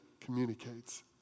communicates